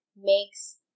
makes